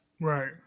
Right